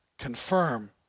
Confirm